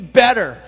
better